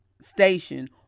station